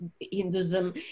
hinduism